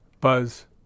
buzz